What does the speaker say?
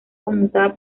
conmutada